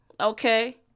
Okay